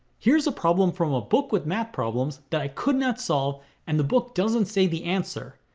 here's a problem from a book with math problems that i could not solve and the book doesn't say the answer,